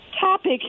topic